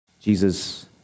Jesus